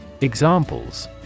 Examples